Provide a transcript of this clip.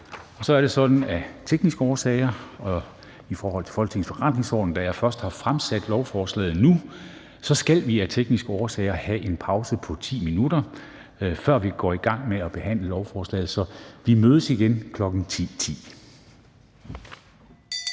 Så er det sådan, at vi af tekniske årsager og i forhold til Folketingets forretningsorden, da jeg først har fremsat lovforslaget nu, skal have en pause på 10 minutter, før vi går i gang med næste møde, hvor vi behandler lovforslaget. Så vi mødes igen kl. 10.10.